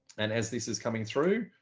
and as this is coming through,